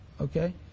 Okay